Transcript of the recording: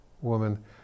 woman